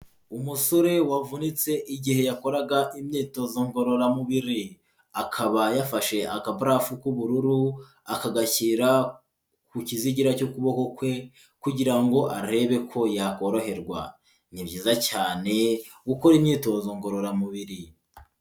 Umusore wavunitse igihe yakoraga imyitozo ngororamubiri, akaba yafashe akaburafu k'ubururu akagashyira ku kizigira cy'ukuboko kwe kugira ngo arebe ko yakoroherwa. Ni byiza cyane gukora imyitozo ngororamubiri.